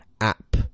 app